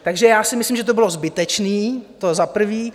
Takže já si myslím, že to bylo zbytečné, to za prvé.